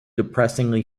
depressingly